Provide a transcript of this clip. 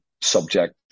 subject